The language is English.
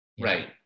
right